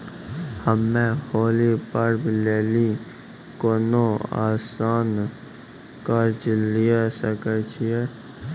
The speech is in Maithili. हम्मय होली पर्व लेली कोनो आसान कर्ज लिये सकय छियै?